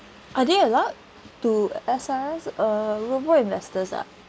are there allowed to S_R_S uh robo investors ah